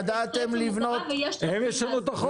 ידעתם לבנות --- הם ישנו את החוק?